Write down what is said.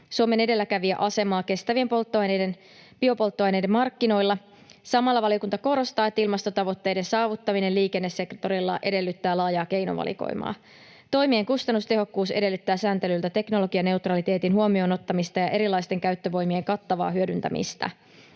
Suomen edelläkävijäasemaa kestävien biopolttoaineiden markkinoilla. Samalla valiokunta korostaa, että ilmastotavoitteiden saavuttaminen liikennesektorilla edellyttää laajaa keinovalikoimaa. Toimien kustannustehokkuus edellyttää sääntelyltä teknologianeutraliteetin huomioon ottamista ja erilaisten käyttövoimien kattavaa hyödyntämistä.